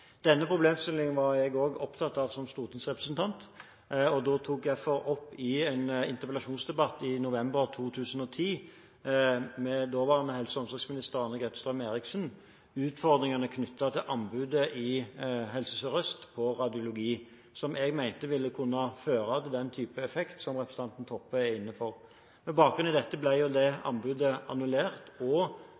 Denne problemstillingen var jeg også opptatt av som stortingsrepresentant. Da tok jeg i en interpellasjonsdebatt i november 2010 opp med daværende helse- og omsorgsminister Anne-Grete Strøm-Erichsen utfordringene knyttet til anbudet i Helse Sør-Øst på radiologi, som jeg mente ville kunne føre til den type effekt som representanten Toppe er inne på. Med bakgrunn i dette ble det anbudet annullert, og